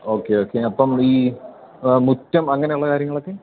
okay okay അപ്പോള് ഈ മുറ്റം അങ്ങനെയുള്ള കാര്യങ്ങളൊക്കെ